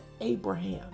Abraham